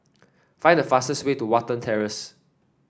find the fastest way to Watten Terrace